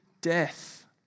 death